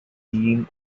been